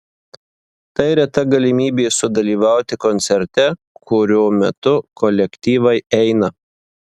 tai reta galimybė sudalyvauti koncerte kurio metu kolektyvai eina